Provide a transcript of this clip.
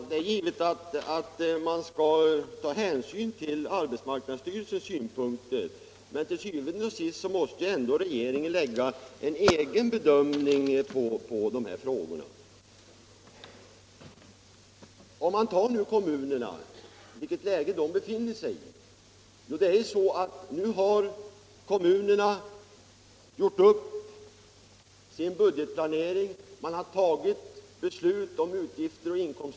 I regeringsdeklarationen anges att arbetet för jämställdhet mellan kvinnor och män skall påskyndas. Mot denna bakgrund vill jag nu, fem veckor efter regeringsombildningen, ställa följande frågor till herr arbetsmarknadsministern: 1. När kommer regeringen att utse ordföranden i kommittén för att utreda frågor om jämställdhet mellan män och kvinnor m.m. resp. den s.k. stora jämställdhetsdelegationen? 2.